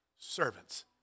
servants